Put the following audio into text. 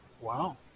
Wow